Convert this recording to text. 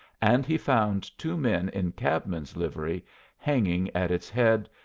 and he found two men in cabmen's livery hanging at its head,